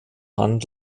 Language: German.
hand